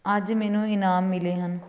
ਅੱਜ ਮੈਨੂੰ ਇਨਾਮ ਮਿਲੇ ਹਨ